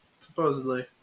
supposedly